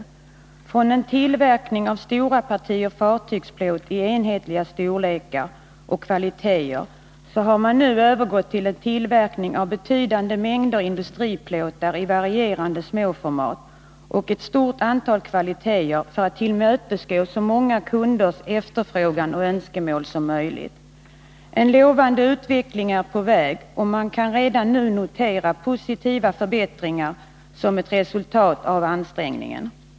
Från att ha haft en tillverkning av stora partier fartygsplåt i enhetliga storlekar och kvaliteter har man nu övergått till en tillverkning av betydande mängder industriplåtar i varierande småformat och i ett stort antal kvaliteter för att tillmötesgå så många kunders önskemål som möjligt. En lovande utveckling är på väg, och man kan redan nu notera positiva förbättringar som ett resultat av gjorda ansträngningar.